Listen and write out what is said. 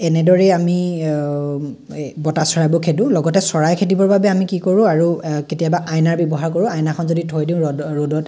এনেদৰেই আমি বতা চৰাইবোৰ খেদো লগতে চৰাই খেদিবৰ বাবে আমি কি কৰোঁ আৰু কেতিয়াবা আইনাৰ ব্যৱহাৰ কৰোঁ আইনাখন যদি থৈ দিওঁ ৰ'দত